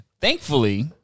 Thankfully